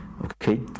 Okay